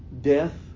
death